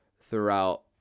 throughout